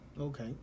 Okay